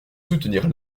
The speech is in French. soutenir